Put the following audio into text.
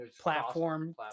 platform